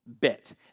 bit